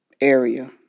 area